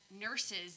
nurses